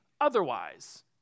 otherwise